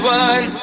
one